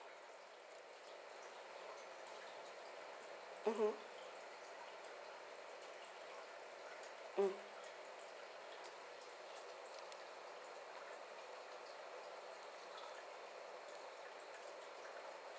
mmhmm mm